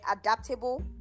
adaptable